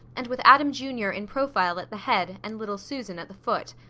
and with adam jr, in profile at the head, and little susan at the foot.